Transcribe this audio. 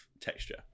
texture